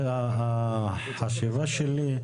--- החשיבה שלי,